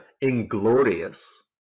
inglorious